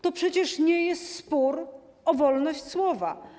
To przecież nie jest spór o wolność słowa.